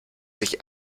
sich